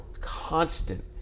constant